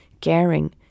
caring